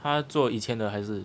他做以前的还是